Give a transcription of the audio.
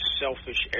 selfish